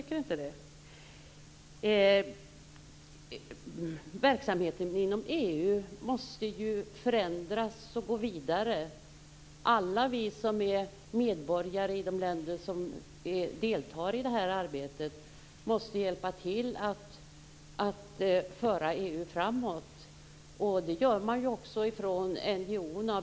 Verksamheten inom EU måste ju förändras och gå vidare. Alla vi som är medborgare i de länder som deltar i det här arbetet måste hjälpa till att föra EU framåt, och det gör ju också NGO:erna.